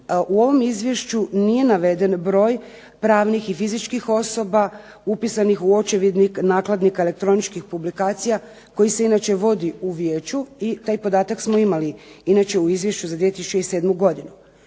u ovom izvješću nije naveden broj pravnih i fizičkih osoba upisanih u očevidnik nakladnika elektroničkih publika koji se inače vodi u vijeću i taj podatak smo imali inače u izvješću za 2007. godinu.